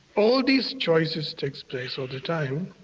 all these choices take place all the time,